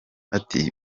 ati